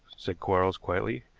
said quarles quietly.